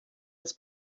das